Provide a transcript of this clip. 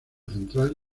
central